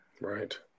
Right